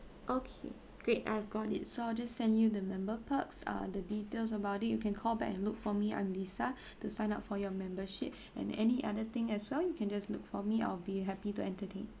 okay great I got it so I'll just send you the member perks uh the details about it you can call back and look for me I'm lisa to sign up for your membership and any other thing as well you can just look for me I'll be happy to entertain